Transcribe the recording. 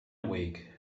awake